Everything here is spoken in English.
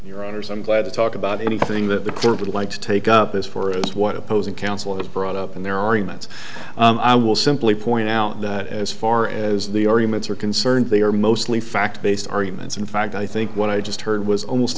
your honors i'm glad to talk about anything that the court would like to take up as far as what opposing counsel has brought up in their arguments i will simply point out that as far as the arguments are concerned they are mostly fact based arguments in fact i think what i just heard was almost